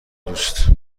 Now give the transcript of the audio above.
دوست